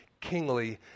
kingly